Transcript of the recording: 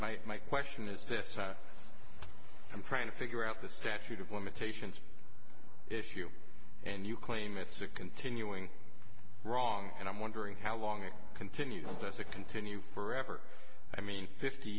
my question is this time i'm trying to figure out the statute of limitations issue and you claim it's a continuing wrong and i'm wondering how long it continues to continue forever i mean fifty